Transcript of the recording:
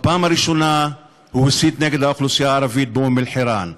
בפעם הראשונה הוא הסית נגד האוכלוסייה הערבית באום אלחיראן,